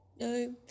no